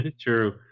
true